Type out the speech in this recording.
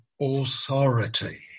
authority